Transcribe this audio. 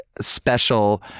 Special